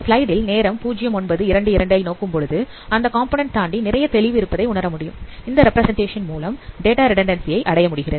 ஸ்லைடில் நேரம் 0922 அடைய முடிகிறது